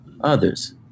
others